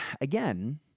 again